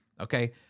Okay